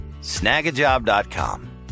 snagajob.com